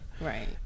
Right